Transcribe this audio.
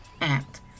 act